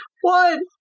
One